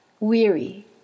weary